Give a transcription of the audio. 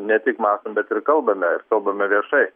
ne tik mąstom bet ir kalbame ir kalbame viešai